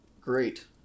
great